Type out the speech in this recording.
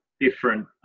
different